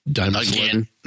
Again